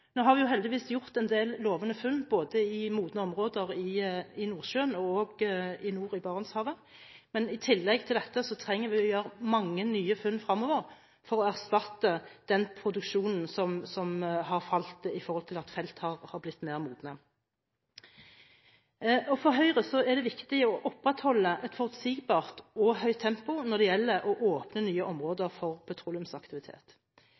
Nå har vi heldigvis gjort en del lovende funn både i modne områder i Nordsjøen og nord i Barentshavet, men i tillegg til dette trenger vi å gjøre mange nye funn fremover for å erstatte den produksjonen som har falt knyttet til at felt har blitt mer modne. For Høyre er det viktig å opprettholde et forutsigbart og høyt tempo når det gjelder å åpne nye